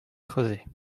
creuser